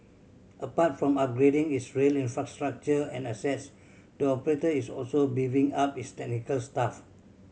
apart from upgrading its rail infrastructure and assets the operator is also beefing up its technical staff